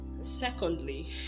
secondly